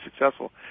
successful